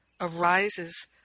arises